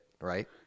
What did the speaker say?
right